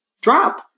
drop